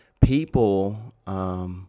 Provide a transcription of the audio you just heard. people